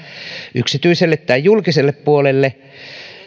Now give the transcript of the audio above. yksityiselle tai julkiselle puolelle